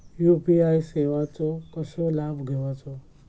UPI सेवाचो कसो लाभ घेवचो?